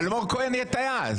אלמוג כהן יהיה טייס.